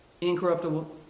incorruptible